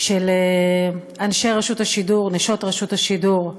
של אנשי רשות השידור, נשות רשות השידור,